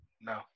no